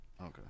Okay